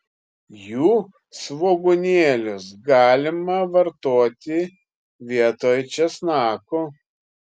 jų svogūnėlius galima vartoti vietoj česnakų